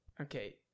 Okay